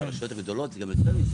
ברשויות גדולות גם יותר מזה